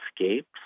Escapes